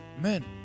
Men